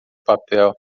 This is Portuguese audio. papel